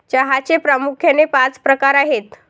चहाचे प्रामुख्याने पाच प्रकार आहेत